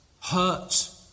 hurt